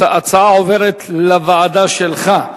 ההצעה עוברת לוועדה שלך.